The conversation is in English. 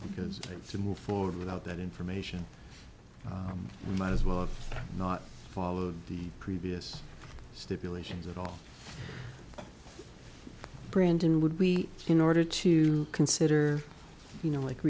because to move forward without that information we might as well have not followed the previous stipulations at all brandon would be in order to consider you know like